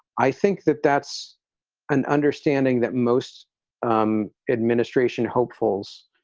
i think that that's an understanding that most um administration hopefuls